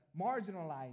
marginalized